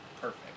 perfect